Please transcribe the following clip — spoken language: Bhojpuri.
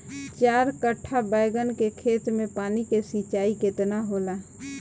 चार कट्ठा बैंगन के खेत में पानी के सिंचाई केतना होला?